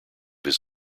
his